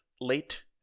late